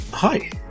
Hi